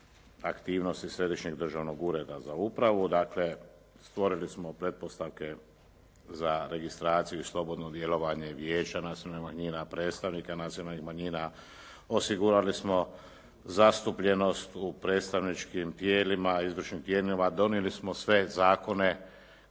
aktivnosti Središnjeg državnog ureda za upravu, dakle stvorili smo pretpostavke za registraciju i slobodno djelovanje Vijeća nacionalnih manjina, predstavnike nacionalnih manjina, osigurali smo zastupljenost u predstavničkim tijelima, izvršnim tijelima, donijeli smo sve zakone